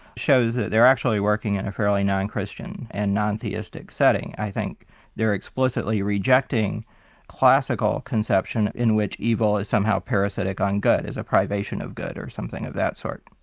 shows that they're actually working in a fairly non-christian and non-theistic setting. i think they're explicitly rejecting classical conception in which evil is somehow parasitic on good, is a privation of good or something of that sort.